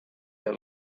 del